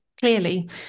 clearly